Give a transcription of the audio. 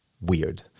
weird